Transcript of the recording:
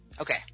Okay